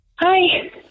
Hi